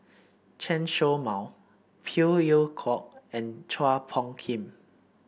Chen Show Mao Phey Yew Kok and Chua Phung Kim